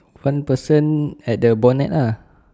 front person at the bonnet lah